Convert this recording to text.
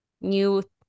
new